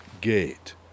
gate